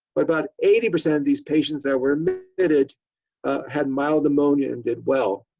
but about eighty percent of these patients that were admitted had mild pneumonia, and did well.